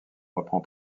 reprend